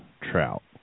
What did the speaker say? trout